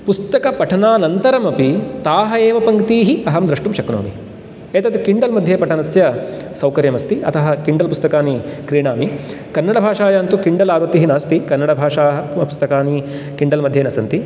पुस्तकपठनानन्तरमपि ताः एव पङ्क्तीः अहं द्रष्टुं शक्नोमि एतद् किण्डल् मध्ये पठनस्य सौकर्यमस्ति अतः किण्डल् पुस्तकानि क्रीणामि कन्नडभाषायां तु किण्डल् आवृत्तिः नास्ति कन्नडभाषाः पुस्तकानि किण्डल् मध्ये न सन्ति